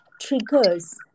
triggers